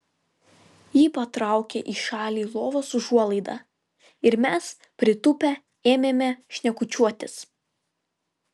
ji patraukė į šalį lovos užuolaidą ir mes pritūpę ėmėme šnekučiuotis